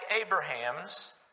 Abraham's